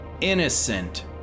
innocent